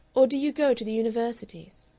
or do you go to the universities?